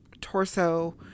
torso